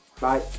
Bye